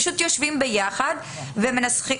פשוט יושבים ביחד ומנסחים.